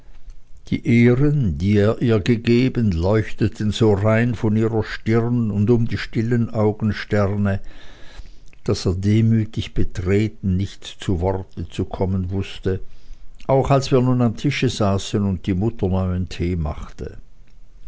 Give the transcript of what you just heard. die ehren die er ihr gegeben leuchteten so rein von ihrer stirn und um die stillen dunklen augensterne daß er demütig betreten nicht zu worten zu kommen wußte auch als wir nun am tische saßen und die mutter neuen tee machte